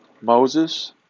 Moses